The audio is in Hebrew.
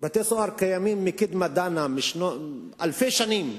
בתי-סוהר קיימים מקדמת דנא, אלפי שנים,